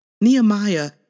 Nehemiah